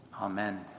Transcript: Amen